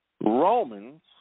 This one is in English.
Romans